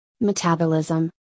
metabolism